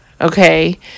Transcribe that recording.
Okay